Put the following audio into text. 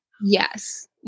Yes